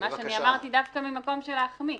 מה שאני אמרתי היה דווקא ממקום של להחמיא,